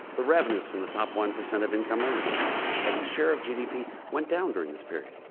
the revenues from the top one percent of income earners as a share of gdp went down during this period.